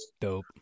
dope